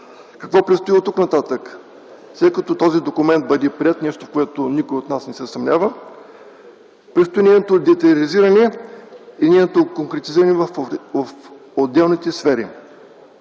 Какво предстои оттук-нататък? След като този документ бъде приет – нещо, в което никой от нас не се съмнява, предстои нейното детайлизиране и конкретизиране в отделните сфери.